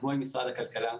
כמו עם משרד הכלכלה.